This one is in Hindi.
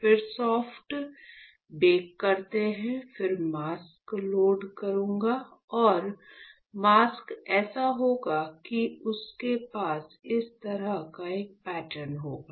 फिर सॉफ्ट बेक करते हैं फिर मास्क लोड करूंगा और मुखौटा ऐसा होगा कि उसके पास इस तरह का एक पैटर्न होगा